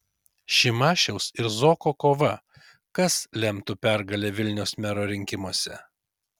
šimašiaus ir zuoko kova kas lemtų pergalę vilniaus mero rinkimuose